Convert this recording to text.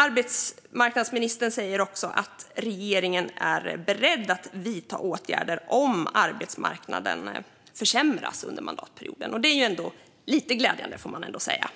Arbetsmarknadsministern säger också att regeringen är beredd att vidta åtgärder om arbetsmarknaden försämras under mandatperioden. Det är ändå lite glädjande, får man säga.